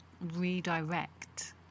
redirect